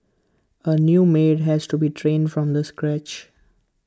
A new maid has to be trained from this scratch